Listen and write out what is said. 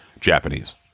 Japanese